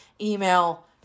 email